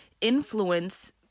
influence